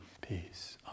peace